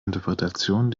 interpretation